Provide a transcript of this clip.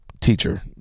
teacher